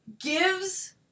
gives